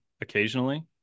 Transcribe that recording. occasionally